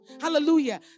Hallelujah